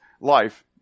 life